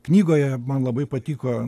knygoje man labai patiko